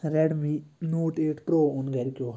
Redmi نوٹ ایٹ پرٛو اوٚن گَرِکیو